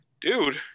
dude